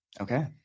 Okay